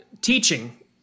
teaching